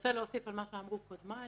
אנסה להוסיף על מה שאמרו קודמיי.